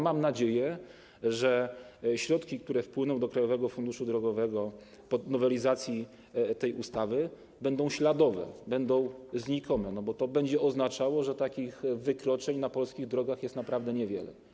Mam nadzieję, że środki, które wpłyną do Krajowego Funduszu Drogowego po nowelizacji tej ustawy, będą śladowe, znikome, bo to będzie oznaczało, że takich wykroczeń na polskich drogach jest naprawdę niewiele.